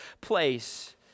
place